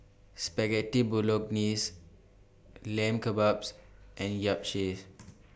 Spaghetti Bolognese Lamb Kebabs and Yapchaes